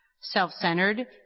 Self-centered